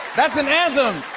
that's an anthem.